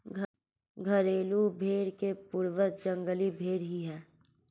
घरेलू भेंड़ के पूर्वज जंगली भेंड़ ही है